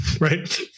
right